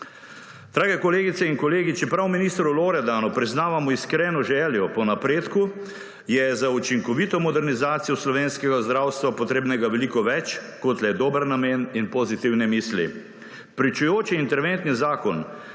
Drage kolegice in kolegi, čeprav ministru Loredanu priznavamo iskreno željo po napredku, je za učinkovito modernizacijo slovenskega zdravstva potrebnega veliko več, kot le dober namen in pozitivne misli. Pričujoči interventni zakon